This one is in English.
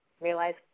realize